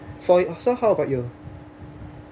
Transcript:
for you so how about you